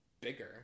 bigger